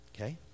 Okay